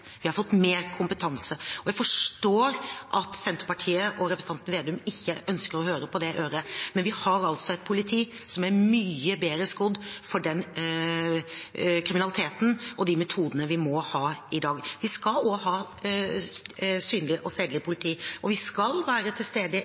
Vi har fått mer kvalitet, vi har fått mer kompetanse. Jeg forstår at Senterpartiet og representanten Slagsvold Vedum ikke ønsker å høre på det øret, men vi har altså et politi som er mye bedre skodd for den kriminaliteten og de metodene vi må ha i dag. Vi skal også ha synlig og stedlig politi, og de skal være til stede